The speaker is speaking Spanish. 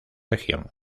región